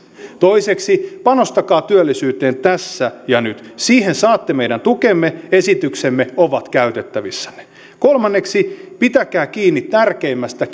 kaksi panostakaa työllisyyteen tässä ja nyt siihen saatte meidän tukemme esityksemme ovat käytettävissänne kolme pitäkää kiinni tärkeimmästä